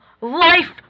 life